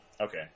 okay